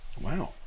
wow